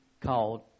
called